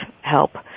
help